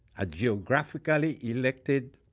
a geographically elected